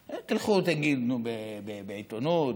בעיתונות,